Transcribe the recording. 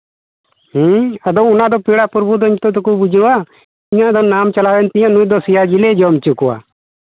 ᱦᱮᱸ ᱟᱫᱚ ᱚᱱᱟ ᱫᱚ ᱯᱮᱲᱟ ᱯᱨᱚᱵᱷᱩ ᱫᱚ ᱱᱤᱛᱚᱜ ᱫᱚᱠᱚ ᱵᱩᱡᱷᱟᱹᱣᱟ ᱤᱧᱟᱹᱜ ᱫᱚ ᱱᱟᱢ ᱪᱟᱞᱟᱣᱮᱱ ᱛᱤᱧᱟᱹ ᱱᱩᱭ ᱫᱚ ᱥᱮᱭᱟ ᱡᱤᱞᱮ ᱡᱚᱢ ᱦᱚᱪᱚ ᱠᱚᱣᱟ